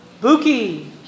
Buki